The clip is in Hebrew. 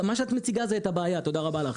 מה שאת מציגה זה את הבעיה, תודה רבה לך.